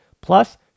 Plus